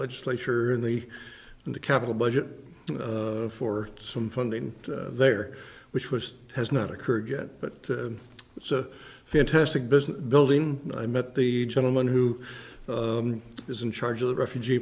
legislature in the in the capital budget for some funding there which was has not occurred yet but it's a fantastic business building and i met the gentleman who is in charge of the refugee